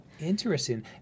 Interesting